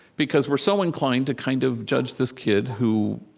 because we're so inclined to kind of judge this kid who